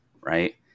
right